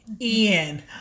Ian